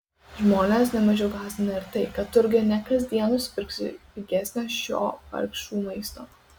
žmones ne mažiau gąsdina ir tai kad turguje ne kasdien nusipirksi pigesnio šio vargšų maisto